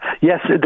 Yes